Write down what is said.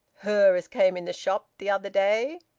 her as came in the shop the other day?